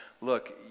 look